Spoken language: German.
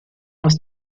aus